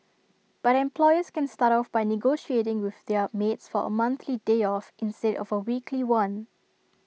but employers can start off by negotiating with their maids for A monthly day off instead of A weekly one